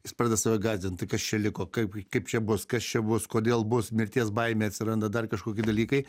jis pradeda save gąsdint tai kas čia liko kaip kaip čia bus kas čia bus kodėl bus mirties baimė atsiranda dar kažkokie dalykai